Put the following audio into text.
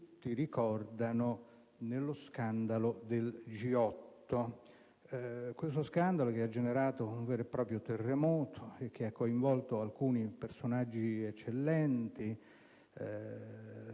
come tutti ricordano, nello scandalo del G8: scandalo che ha generato un vero e proprio terremoto e ha coinvolto alcuni personaggi eccellenti